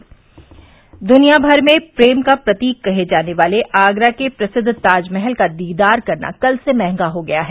से से दुनियामर में प्रेम का प्रतीक कहे जाने वाले आगरा के प्रसिद्ध ताजमहल का दीदार करना कल से महंगा हो गया है